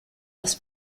aus